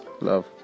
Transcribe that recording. love